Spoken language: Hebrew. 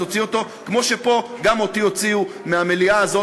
כמו שגם אותי הוציאו מהמליאה הזאת